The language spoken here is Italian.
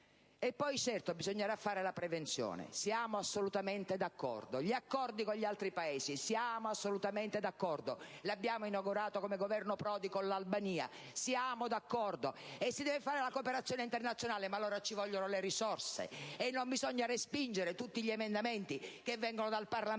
Poi, certo, bisognerà fare prevenzione: siamo assolutamente d'accordo. Gli accordi con gli altri Paesi? Siamo assolutamente d'accordo. Questa politica l'abbiamo inaugurata noi con il Governo Prodi e l'Albania: siamo d'accordo. Si deve fare la cooperazione internazionale? Ma allora ci vogliono le risorse, e non bisogna respingere tutti gli emendamenti che vengono dal Parlamento